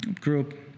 group